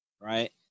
right